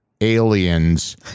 aliens